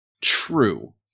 True